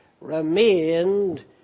remained